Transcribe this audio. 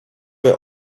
were